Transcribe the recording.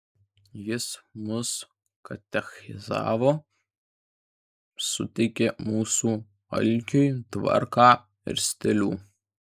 jis mus katechizavo suteikė mūsų alkiui tvarką ir stilių